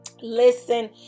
Listen